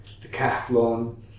Decathlon